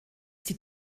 die